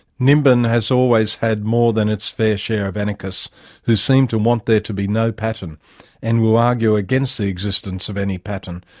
nimbin has always had more than its fair share of anarchists who seem to want there to be no pattern and will argue against the existence of any pattern.